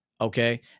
Okay